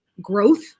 growth